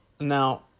Now